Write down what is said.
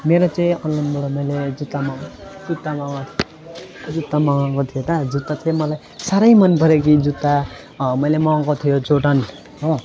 मेरो चाहिँ अनलाइनबाट मैले जुत्ता मगा जुत्ता मगा जुत्ता मगाएको थिएँ त जुत्ता चाहिँ मलाई साह्रै मनपऱ्यो कि जुत्ता मैले मगाएको थियो जर्डन हो